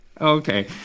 Okay